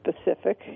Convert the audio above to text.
specific